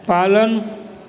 पालन